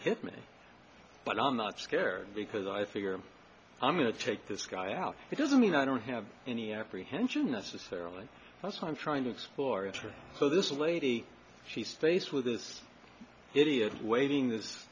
hit me but i'm not scared because i figure i'm going to take this guy out it doesn't mean i don't have any apprehension necessarily that's what i'm trying to explore instead so this lady she's faced with this idiot waiting this